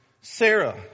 Sarah